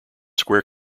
square